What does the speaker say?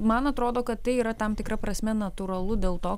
man atrodo kad tai yra tam tikra prasme natūralu dėl to